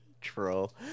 troll